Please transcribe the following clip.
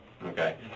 Okay